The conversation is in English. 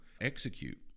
execute